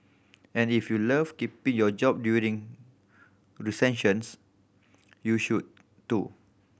and if you love keeping your job during recessions you should too